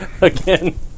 Again